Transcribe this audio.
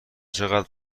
چقدر